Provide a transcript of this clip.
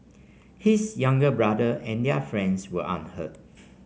his younger brother and their friend were unhurt